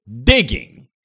digging